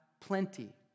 plenty